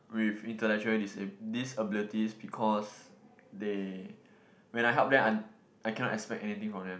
with intelectually disabled disabilities because they when I help them I Icannot expect anyhting from them